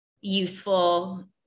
useful